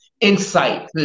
insight